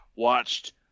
watched